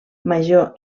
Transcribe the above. major